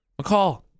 McCall